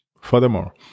Furthermore